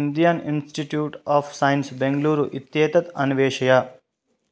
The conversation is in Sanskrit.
Indian institute of science Bengaluru इत्येतत् अन्वेषय